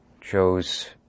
chose